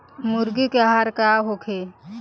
मुर्गी के आहार का होखे?